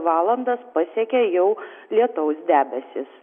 valandas pasiekė jau lietaus debesys